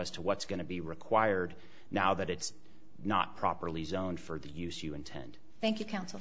as to what's going to be required now that it's not properly zoned for the use you intend thank you counsel